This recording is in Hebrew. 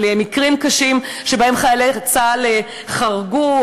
על מקרים קשים שבהם חיילי צה"ל חרגו,